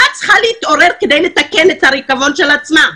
צריכה להתעורר כדי לתקן את הריקבון של עצמה.